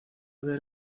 ver